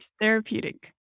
therapeutic